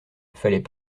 fallait